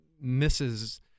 misses